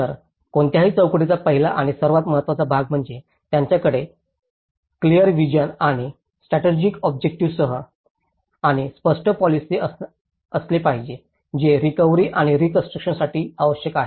तर कोणत्याही चौकटीचा पहिला आणि सर्वात महत्त्वाचा भाग म्हणजे त्याच्याकडे क्लिअर व्हिसिओन आणि स्ट्रॅटेजिक ऑब्जेक्टिव्हस आणि स्पष्ट पोलिसी असले पाहिजे जे रिकव्हरी आणि रीकॉन्स्ट्रुकशनसाठी आवश्यक आहे